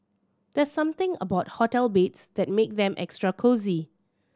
there's something about hotel beds that make them extra cosy